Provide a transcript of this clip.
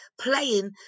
playing